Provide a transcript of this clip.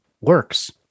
works